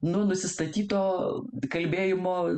nuo nusistatyto kalbėjimo